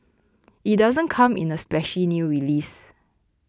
it doesn't come in a splashy new release